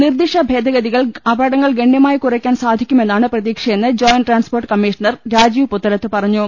നിർദ്ദിഷ്ട ഭേദഗതികൾ അപകടങ്ങൾ ഗണ്യമായി കുറയ്ക്കാൻ സഹായിക്കുമെന്നാണ് പ്രതീക്ഷയെന്ന് joint transport commissioner Rajeev Puthalath പറഞ്ഞു